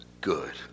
good